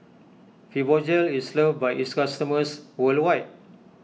Fibogel is loved by its customers worldwide